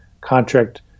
contract